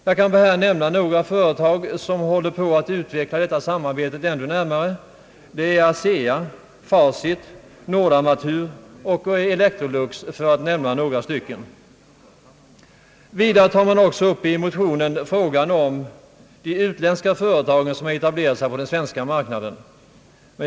Jag kan här nämna några företag som håller på att ytterligare utveckla samarbetet: ASEA, Facit, Nordarmatur och Electrolux. Vidare tar man i motionen upp frågan om de utländska företagen som etablerat sig på den svenska marknaden.